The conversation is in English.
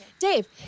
dave